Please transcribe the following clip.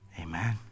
amen